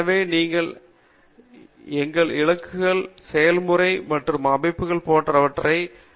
எனவே நீங்கள் எங்களது இலக்குகளை செயல்முறை மற்றும் அமைப்புகள் போன்றவற்றை அமைக்கலாம்